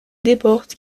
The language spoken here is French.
deportes